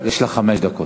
בירן, יש לך חמש דקות.